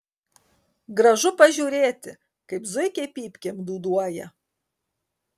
gražu pažiūrėti kaip zuikiai pypkėm dūduoja